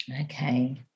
Okay